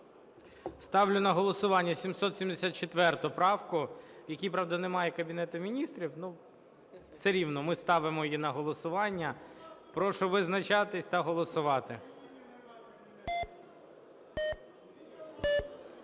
Ставлю на голосування 774 правку, в якій, правда, немає Кабінету Міністрів, все рівно ми ставимо її на голосування. Прошу визначатися та голосувати.